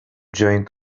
joint